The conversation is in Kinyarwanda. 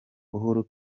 uhuru